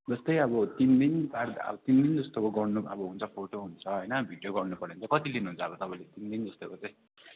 जस्तै अब तिन दिन अब तिन दिन जस्तोको गर्नु अब हुन्छ फोटो हुन्छ होइन भिडियो गर्नुपऱ्यो भने चाहिँ कति लिनुहुन्छ अब तपाईँले तिन दिन जस्तोको चाहिँ